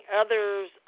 others